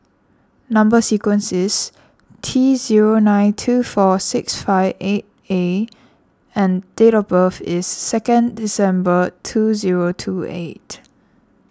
Number Sequence is T zero nine two four six five eight A and date of birth is second December two zero two eight